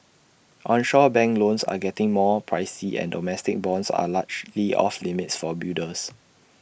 onshore bank loans are getting more pricey and domestic bonds are largely off limits for builders